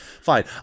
fine